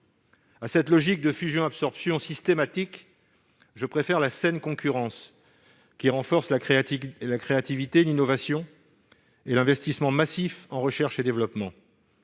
À cette logique de fusion-absorption systématique, je préfère la saine concurrence qui renforce la créativité, l'innovation, et l'investissement massif en recherche et développement.